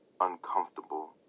uncomfortable